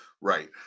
Right